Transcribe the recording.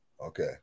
Okay